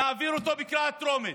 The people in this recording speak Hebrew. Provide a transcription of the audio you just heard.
נעביר אותו בקריאה טרומית.